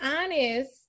honest